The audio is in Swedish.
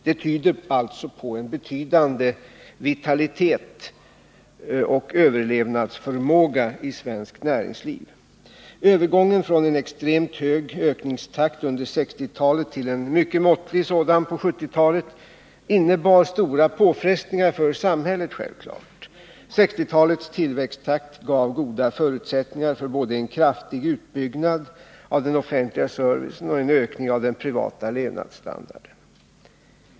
Det tyder alltså på en betydande vitalitet och överlevnadsförmåga i svenskt näringsliv. Övergången från en extremt hög ökningstakt under 1960-talet till en mycket måttlig sådan på 1970-talet innebar självfallet stora påfrestningar för samhället. 1960-talets tillväxttakt gav goda förutsättningar för både en kraftig utbyggnad av den offentliga servicen och en ökning av den privata levnadsstandarden.